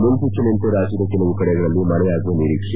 ಮುನ್ಸೂಚನೆಯಂತೆ ರಾಜ್ಣದ ಕೆಲವು ಕಡೆಗಳಲ್ಲಿ ಮಳೆಯಾಗುವ ನಿರೀಕ್ಷೆ